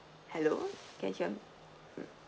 hello can hear me mm